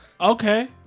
Okay